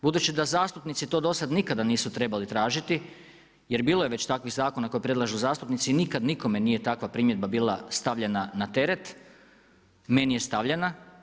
Budući da zastupnici to do sada nikada nisu trebali tražiti, jer bilo je već takvih zakona koji predlažu zastupnici, nikada nikome nije takva primjedba bila stavljena na teret, meni je stavljena.